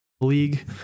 League